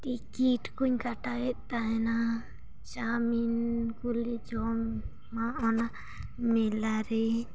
ticket ᱠᱚᱧ ᱠᱟᱴᱟᱣᱮᱫ ᱛᱟᱦᱮᱱᱟ ᱪᱟᱣᱢᱤᱱ ᱠᱚᱞᱮ ᱡᱚᱢᱟ ᱚᱱᱟ ᱢᱮᱞᱟ ᱨᱮ